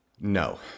No